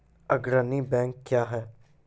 अग्रणी बैंक क्या हैं?